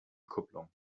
kupplung